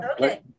Okay